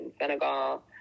Senegal